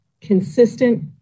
consistent